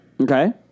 Okay